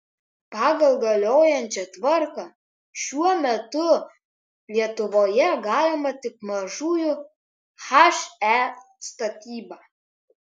pagal galiojančią tvarką šiuo metu lietuvoje galima tik mažųjų he statyba